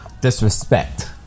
disrespect